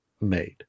made